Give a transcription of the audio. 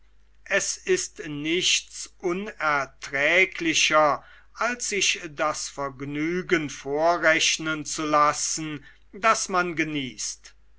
es ist nichts unerträglicher als sich das vergnügen vorrechnen zu lassen das man genießt